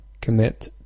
Commit